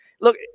Look